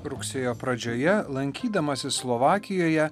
rugsėjo pradžioje lankydamasis slovakijoje